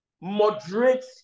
moderate